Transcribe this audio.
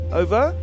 over